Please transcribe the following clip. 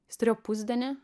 jis turėjo pusdienį